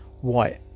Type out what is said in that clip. white